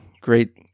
great